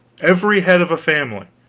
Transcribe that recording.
every head of a family,